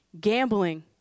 gambling